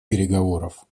переговоров